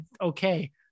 Okay